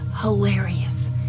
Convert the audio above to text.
hilarious